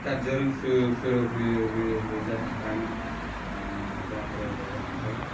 କାର୍ଯ୍ୟରେ ବି ହେଇଯାଏ ପାଣି ପାଣି ଡ୍ରମ୍ ରେ ରଖିଥାଉ